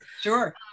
sure